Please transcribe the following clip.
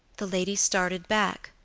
the lady started back,